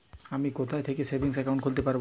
আমি কোথায় থেকে সেভিংস একাউন্ট খুলতে পারবো?